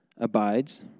abides